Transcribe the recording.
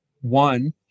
One